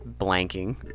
blanking